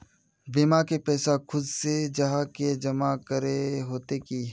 बीमा के पैसा खुद से जाहा के जमा करे होते की?